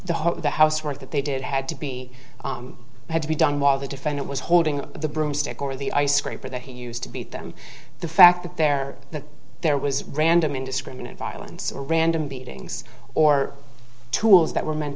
of the housework that they did had to be had to be done while the defendant was holding the broomstick or the ice scraper that he used to beat them the fact that their that there was random indiscriminate violence or random beatings or tools that were meant